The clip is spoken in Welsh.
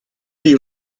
chi